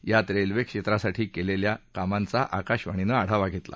यात रेल्वेक्षेत्रासाठी केलेल्या कामांचा आकाशवाणीनंही आढावा घेतला